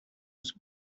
was